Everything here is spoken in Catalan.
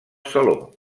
saló